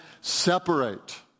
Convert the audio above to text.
separate